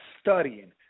studying